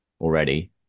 already